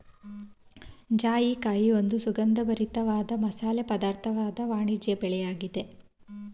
ಜಾಜಿಕಾಯಿ ಒಂದು ಸುಗಂಧಭರಿತ ವಾದ ಮಸಾಲೆ ಪದಾರ್ಥವಾದ ವಾಣಿಜ್ಯ ಬೆಳೆಯಾಗಿದೆ